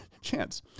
chance